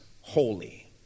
holy